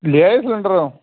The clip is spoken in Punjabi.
ਲੈ ਆਏ ਸਿਲੰਡਰ